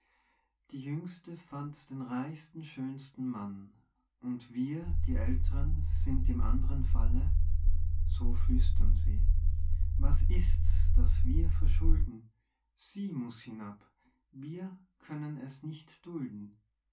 die jüngste fand den reichsten schönsten mann und wir die aelt'ren sind im andren falle so flüstern sie was ist's das wir verschulden sie muß hinab wir können es nicht dulden